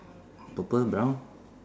purple brown